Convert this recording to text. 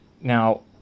Now